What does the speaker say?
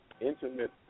intimate